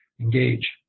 engage